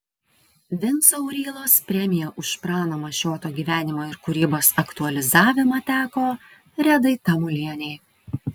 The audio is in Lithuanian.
vinco aurylos premija už prano mašioto gyvenimo ir kūrybos aktualizavimą teko redai tamulienei